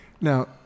Now